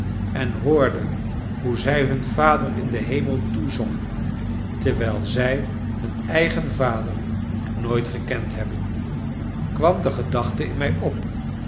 en hoorde hoe zij hun vader in den hemel toezongen terwijl zij hun eigen vader nooit gekend hebben kwam de gedachte in mij op